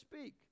speak